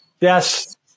Yes